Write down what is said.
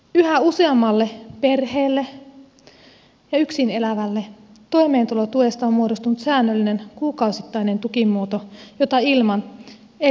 yhä useammalle perheelle ja yksin elävälle toimeentulotuesta on muodostunut säännöllinen kuukausittainen tukimuoto jota ilman ei tulisi toimeen